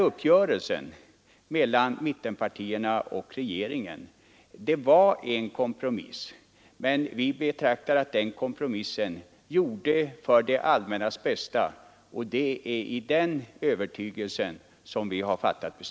Uppgörelsen mellan mittenpartierna och regeringen var en kompromiss, men vi betraktar den som en kompromiss för det allmännas bästa. Det var också i den övertygelsen som vi gick med på den.